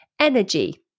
energy